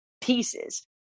pieces